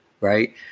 Right